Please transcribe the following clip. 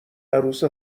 عروس